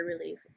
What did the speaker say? relief